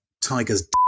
tiger's